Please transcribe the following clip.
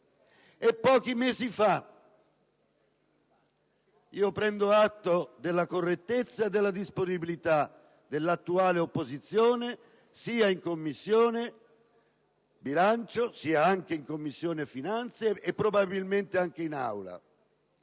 nefasto risultato? Prendo atto della correttezza e della disponibilità dell'attuale opposizione, sia in Commissione bilancio sia in Commissione finanze, e probabilmente anche in Aula.